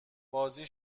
بازی